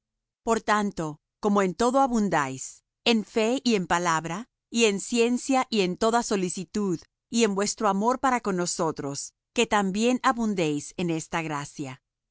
por tanto como en todo abundáis en fe y en palabra y en ciencia y en toda solicitud y en vuestro amor para con nosotros que también abundéis en esta gracia